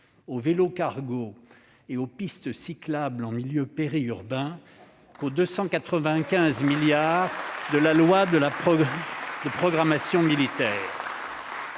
au vélo-cargo et aux pistes cyclables en milieu périurbain qu'aux 295 milliards d'euros de la loi de programmation militaire.